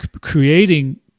creating